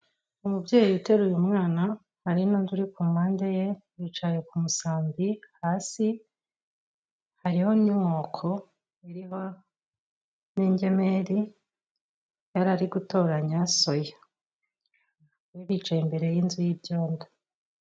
Umubyeyi uteru uyu mwana hari n'undi uri ku mpande ye bicaye ku musambi hasi, hariho n'inkoko iriho n'ingemeri, yari ari gutoranya soya bicaye imbere y'inzu y'ibyondo.